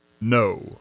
No